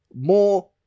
more